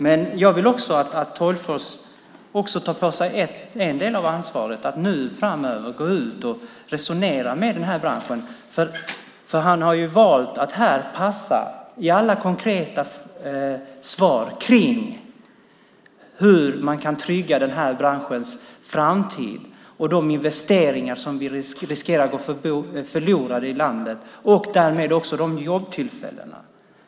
Men jag vill att Tolgfors också tar på sig en del av ansvaret för att nu framöver gå ut och resonera med IT-branschen, för han har ju valt att här passa i alla konkreta svar på hur man kan trygga branschens framtid och de investeringar som riskerar att gå förlorade i landet och därmed också jobbtillfällena.